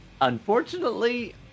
Unfortunately